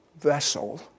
vessel